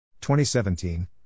2017